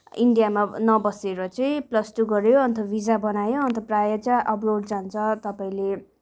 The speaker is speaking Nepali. इन्डियामा नबसेर चाहिँ प्लस टु गर्यो अन्त भिजा बनायो अन्त प्रायः चाहिँ अब्रोड जान्छ तपाईँले